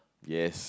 yes